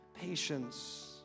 patience